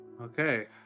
Okay